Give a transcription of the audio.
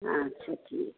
हाँ अच्छा ठीक